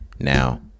now